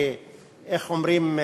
איך אומרים,